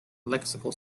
lexical